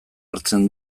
hartzen